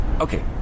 Okay